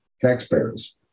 taxpayers